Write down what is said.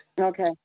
Okay